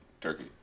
turkey